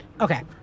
Okay